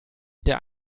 der